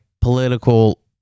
political